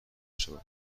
شوند